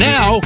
Now